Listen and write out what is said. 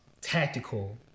tactical